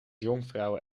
jonkvrouwen